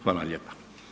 Hvala vam lijepa.